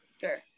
Sure